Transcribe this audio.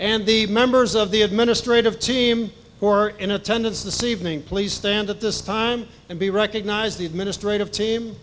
and the members of the administrative team who are in attendance this evening please stand at this time and we recognize the administrative team